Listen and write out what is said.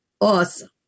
Awesome